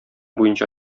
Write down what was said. буенча